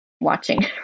watching